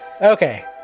Okay